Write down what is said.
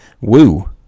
woo